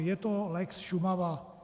Je to lex Šumava.